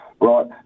Right